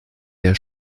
der